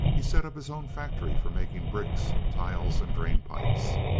he set up his own factory for making bricks, tiles, and drain-pipes.